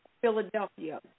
Philadelphia